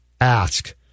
ask